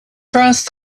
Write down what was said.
crossed